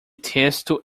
texto